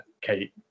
Kate